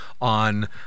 on